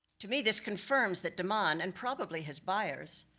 to me, this confirms that de man, and probably his buyers,